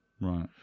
right